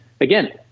again